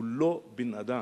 הוא לא בן-אדם.